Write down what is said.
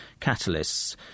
catalysts